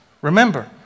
Remember